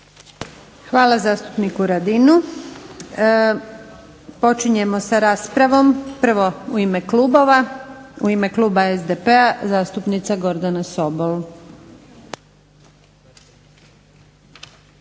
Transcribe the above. Hvala zastupniku Radinu. Počinjemo sa raspravom. Prvo u ime klubova. U ime kluba SDP-a zastupnica Gordana Sobol.